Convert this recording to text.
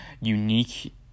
unique